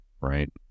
right